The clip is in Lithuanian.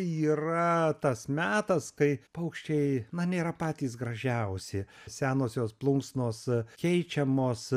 yra tas metas kai paukščiai na nėra patys gražiausi senosios plunksnos keičiamos